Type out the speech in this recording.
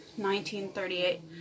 1938